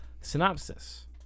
Synopsis